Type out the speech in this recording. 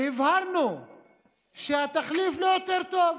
והבהרנו שהתחליף לא יותר טוב.